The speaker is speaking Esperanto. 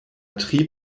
tri